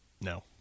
No